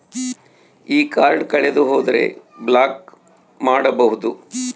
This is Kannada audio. ಈ ಕಾರ್ಡ್ ಕಳೆದು ಹೋದರೆ ಬ್ಲಾಕ್ ಮಾಡಬಹುದು?